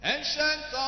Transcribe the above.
Ancient